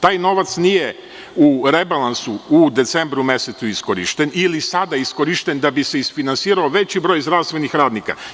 Taj novac nije u rebalansu u decembru mesecu iskorišćen ili je sada iskorišćen da bi se isfinansirao veći broj zdravstvenih radnika.